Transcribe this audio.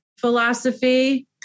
philosophy